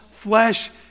Flesh